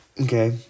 Okay